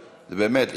באמת,